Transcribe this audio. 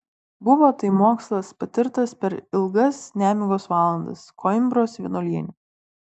buvo tai mokslas patirtas per ilgas nemigos valandas koimbros vienuolyne